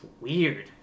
weird